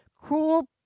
cruel